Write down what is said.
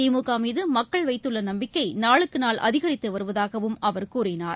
திமுகமீதுமக்கள் வைத்துள்ளநம்பிக்கைநாளுக்குநாள் அதிகரித்துவருவதாகவும் அவர் கூறினார்